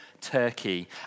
Turkey